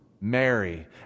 Mary